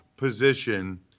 position